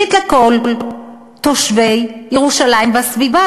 ראשית כול תושבי ירושלים והסביבה.